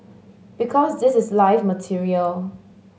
because this is live material